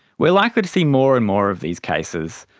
we are likely to see more and more of these cases.